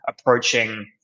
approaching